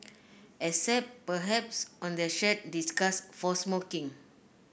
except perhaps on their shared disgust for smoking